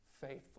faithful